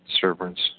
servants